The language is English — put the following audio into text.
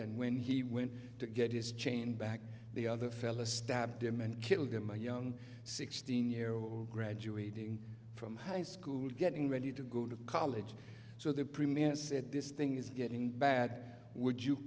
and when he went to get his chain back the other fella stabbed him and killed him a young sixteen year old graduating from high school getting ready to go to college so the premier said this thing is getting bad would you